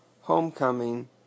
Homecoming